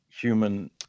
human